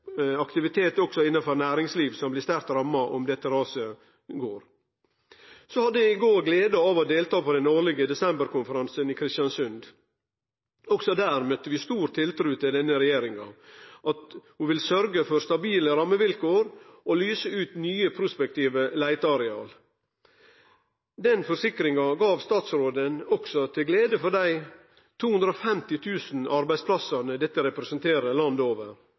aktivitet, også innanfor næringsliv som blir sterkt ramma om dette raset går. I går hadde eg gleda av å delta på den årlege desemberkonferansen i Kristiansund. Også der møtte vi stor tiltru til at denne regjeringa vil sørgje for stabile rammevilkår og lyse ut nye prospektive leiteareal. Den forsikringa gav statsråden også til glede for dei 250 000 arbeidsplassane dette representerer landet over,